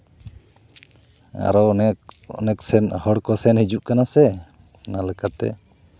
ᱟᱨᱚ ᱚᱱᱮᱠ ᱚᱱᱮᱠ ᱥᱮᱱ ᱦᱚᱲ ᱠᱚ ᱥᱮᱱ ᱦᱤᱡᱩᱜ ᱠᱟᱱᱟ ᱥᱮ ᱚᱱᱟ ᱞᱮᱠᱟᱛᱮ